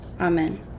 Amen